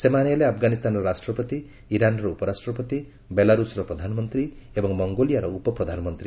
ସେମାନେ ହେଲେ ଆଫଗାନିସ୍ତାନର ରାଷ୍ଟ୍ରପତି ଇରାନ୍ର ଉପରାଷ୍ଟ୍ରପତି ବେଲାରୁସ୍ର ପ୍ରଧାନମନ୍ତ୍ରୀ ଏବଂ ମଙ୍ଗୋଲିଆର ଉପପ୍ରଧାନମନ୍ତ୍ରୀ